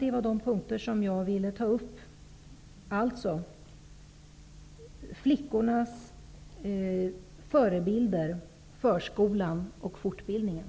Det var de punkterna som jag ville ta upp, alltså flickornas förebilder, förskolan och fortbildningen.